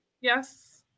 Yes